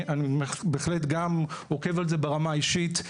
אני בהחלט גם עוקב אחרי זה ברמה האישית.